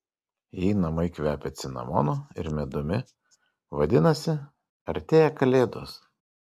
jei namai kvepia cinamonu ir medumi vadinasi artėja kalėdos